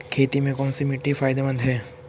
खेती में कौनसी मिट्टी फायदेमंद है?